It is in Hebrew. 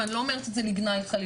ואני לא אומרת את זה לגנאי חלילה,